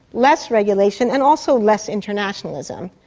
less regulation and also less internationalism.